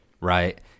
Right